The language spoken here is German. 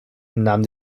nahm